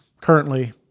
Currently